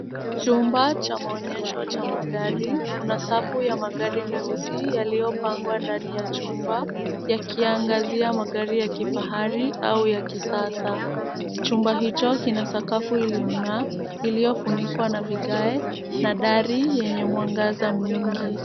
Chumba cha maonyesho ya magari. Kuna safu ya magari meusi yaliopangwa ndani ya chumba yakiangazia magari ya kifahari au ya kisasa. Chumba hicho kina sakafu iliong'aa iliyofunikwa na vigae na dari yenye mwangaza mwingi.